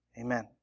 Amen